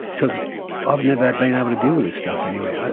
because i've never been able to deal with this stuff anywhere.